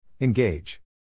Engage